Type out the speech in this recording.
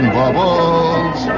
bubbles